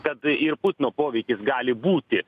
kad ir putino poveikis gali būti